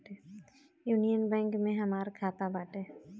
union Bank में हमार खाता बाटे